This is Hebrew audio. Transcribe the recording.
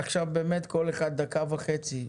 עכשיו באמת כל אחד דקה וחצי,